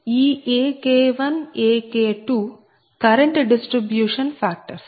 ఈ AK1AK2 current distribution factors